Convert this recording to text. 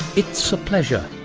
it's a pleasure!